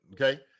okay